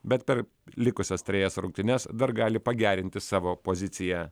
bet per likusias trejas rungtynes dar gali pagerinti savo poziciją